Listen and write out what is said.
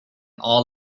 all